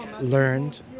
learned